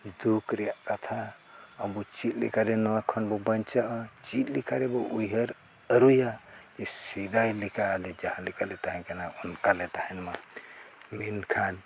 ᱫᱩᱠ ᱨᱮᱭᱟᱜ ᱠᱟᱛᱷᱟ ᱟᱵᱚ ᱪᱮᱫ ᱞᱮᱠᱟ ᱨᱮ ᱱᱚᱣᱟ ᱠᱷᱚᱱ ᱵᱚ ᱵᱟᱧᱪᱟᱜᱼᱟ ᱪᱮᱫ ᱞᱮᱠᱟ ᱨᱮᱵᱚ ᱩᱭᱦᱟᱹᱨ ᱟᱹᱨᱩᱭᱟ ᱥᱮᱫᱟᱭ ᱞᱮᱠᱟ ᱟᱞᱮ ᱡᱟᱦᱟᱸ ᱞᱮᱠᱟ ᱞᱮ ᱛᱟᱦᱮᱸ ᱠᱟᱱᱟ ᱚᱱᱠᱟ ᱞᱮ ᱛᱟᱦᱮᱱ ᱢᱟ ᱢᱮᱱᱠᱷᱟᱱ